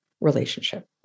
relationship